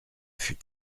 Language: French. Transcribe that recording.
fut